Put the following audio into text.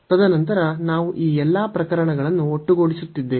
ತದನಂತರ ನಾವು ಈ ಎಲ್ಲಾ ಪ್ರಕರಣಗಳನ್ನು ಒಟ್ಟುಗೂಡಿಸುತ್ತಿದ್ದೇವೆ